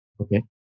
Okay